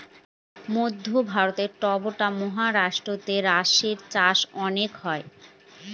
মধ্য ভারতে ট্বতথা মহারাষ্ট্রেতে বাঁশের চাষ অনেক হয়